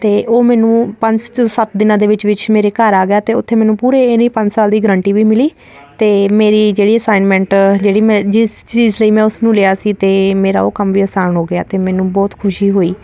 ਅਤੇ ਉਹ ਮੈਨੂੰ ਪੰਜ ਸੱਤ ਦਿਨਾਂ ਦੇ ਵਿੱਚ ਵਿੱਚ ਮੇਰੇ ਘਰ ਆ ਗਿਆ ਅਤੇ ਉੱਥੇ ਮੈਨੂੰ ਪੂਰੇ ਇਹ ਨਹੀਂ ਪੰਜ ਸਾਲ ਦੀ ਗਰੰਟੀ ਵੀ ਮਿਲੀ ਅਤੇ ਮੇਰੀ ਜਿਹੜੀ ਅਸਾਈਨਮੈਂਟ ਜਿਹੜੀ ਮੈਂ ਜਿਸ ਚੀਜ਼ ਲਈ ਮੈਂ ਉਸਨੂੰ ਲਿਆ ਸੀ ਅਤੇ ਮੇਰਾ ਉਹ ਕੰਮ ਵੀ ਆਸਾਨ ਹੋ ਗਿਆ ਅਤੇ ਮੈਨੂੰ ਬਹੁਤ ਖੁਸ਼ੀ ਹੋਈ